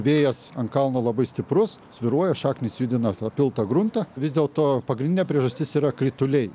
vėjas ant kalno labai stiprus svyruoja šaknys judina tą piltą gruntą vis dėlto pagrindinė priežastis yra krituliai